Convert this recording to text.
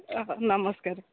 ଅଃ ନମସ୍କାର